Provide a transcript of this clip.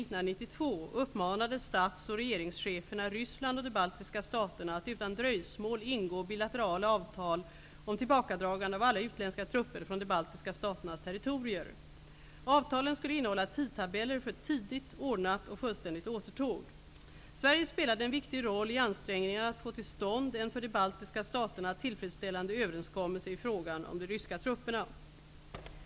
uppmanade stats och regeringscheferna Ryssland och de baltiska staterna att utan dröjsmål ingå bilaterala avtal om tillbakadragande av alla utländska trupper från de baltiska staternas territorier. Avtalen skulle innehålla tidtabeller för ett tidigt, ordnat och fullständigt återtåg. Sverige spelade en viktig roll i ansträngningarna att få till stånd en för de baltiska staterna tillfredsställande överenskommelse i frågan om de ryska trupperna.